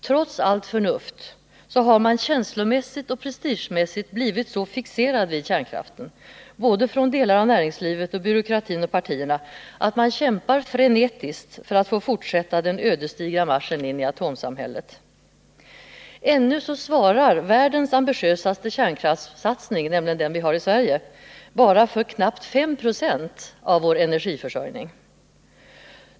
Trots allt förnuft har man känslomässigt och prestigemässigt blivit så fixerad vid kärnkraften, både från delar av näringslivet och byråkratin och från partierna, att man kämpar frenetiskt för att få fortsätta den ödesdigra marschen in i atomsamhället. Ännu svarar världens ambitiösaste kärnkraftssatsning — nämligen den vi har i Sverige — bara för knappt 5 96 av vår energiförsörjning.